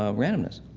um randomness.